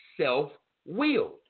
self-willed